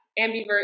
ambivert